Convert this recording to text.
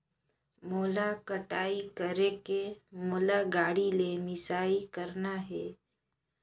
मोला कटाई करेके मोला गाड़ी ले मिसाई करना हे?